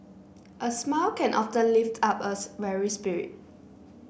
a smile can often lift up a weary spirit